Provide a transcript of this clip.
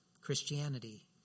Christianity